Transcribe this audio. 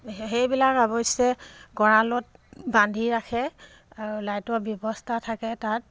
সেইবিলাক অৱশ্যে গঁৰালত বান্ধি ৰাখে আৰু লাইটৰ ব্যৱস্থা থাকে তাত